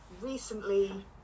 recently